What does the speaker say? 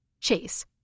Chase